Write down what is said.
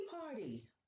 Party